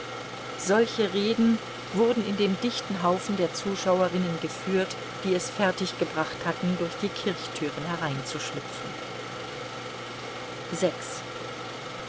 solche reden wurden in dem dichten haufen der zuschauerinnen geführt die es fertiggebracht hatten durch die kirchtüren